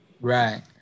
Right